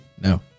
no